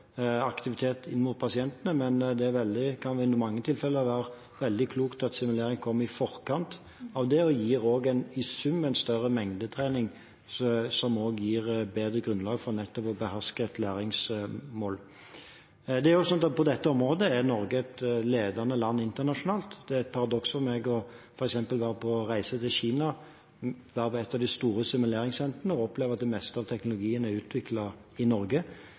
aktivitet inn mot pasientene, men det kan i mange tilfeller være veldig klokt at simulering kommer i forkant av det. Det gir også i sum en større mengdetrening, noe som også gir bedre grunnlag for nettopp å beherske et læringsmål. På dette området er Norge et ledende land internasjonalt. Det er et paradoks for meg f.eks. å være på reise i Kina, være på et av de store simuleringssentrene og oppleve at det meste av teknologien er utviklet i Norge,